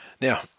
Now